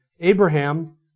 Abraham